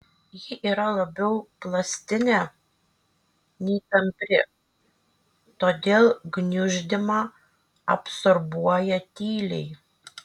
ji yra labiau plastinė nei tampri todėl gniuždymą absorbuoja tyliai